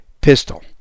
pistol